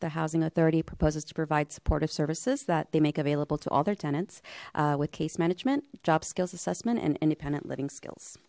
the housing authority proposes to provide supportive services that they make available to all their tenants with case management job skills assessment and independent living skills